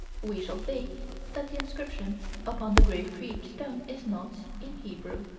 we shall see that the inscription upon the grave creek stone is not in hebrew.